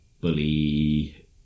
bully